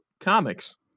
comics